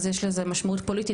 אז יש לזה משמעות פוליטית,